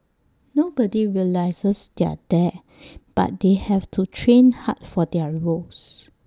nobody realises they're there but they have to train hard for their roles